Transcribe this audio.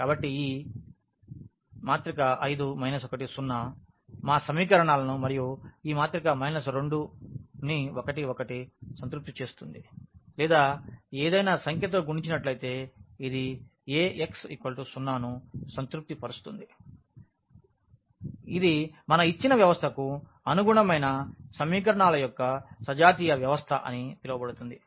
కాబట్టి ఈ 5 1 0 మా సమీకరణాలను మరియు ఈ 2 ని 1 1 సంతృప్తి చేస్తుంది లేదా ఏదైనా సంఖ్య తో గుణించి నట్లయితే ఇది Ax 0 ను సంతృప్తి పరుస్తుంది ఇది మన ఇచ్చిన వ్యవస్థకు అనుగుణమైన సమీకరణాల యొక్క సజాతీయ వ్యవస్థ అని పిలువబడుతుంది